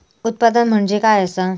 उत्पादन म्हणजे काय असा?